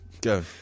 Go